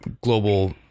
global